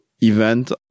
event